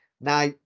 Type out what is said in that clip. now